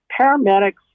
paramedics